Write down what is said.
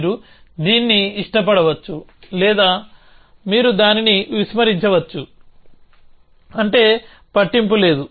మీరు దీన్ని ఇష్టపడవచ్చు లేదా మీరు దానిని విస్మరించవచ్చుఅది పట్టింపు లేదు